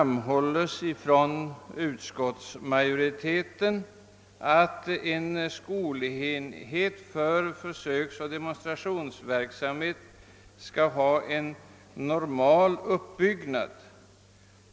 Såsom utskottsmajoriteten framhåller bör en skolenhet för försöksoch demonstrationsverksamhet ha en normal uppbyggnad.